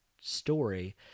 story